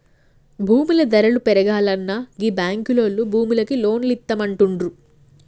భూముల ధరలు పెరుగాల్ననా గీ బాంకులోల్లు భూములకు లోన్లిత్తమంటుండ్రు